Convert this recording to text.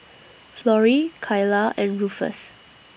Florie Kylah and Rufus